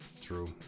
True